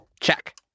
Check